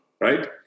right